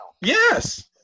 Yes